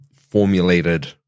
formulated